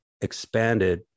expanded